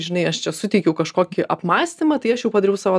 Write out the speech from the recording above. žinai aš čia suteikiau kažkokį apmąstymą tai aš jau padariau savo